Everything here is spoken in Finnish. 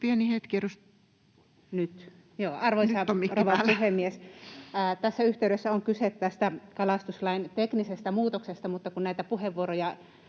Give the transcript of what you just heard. Arvoisa rouva puhemies! Tässä yhteydessä on kyse tästä kalastuslain teknisestä muutoksesta, mutta kun puheenvuoroille